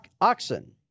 oxen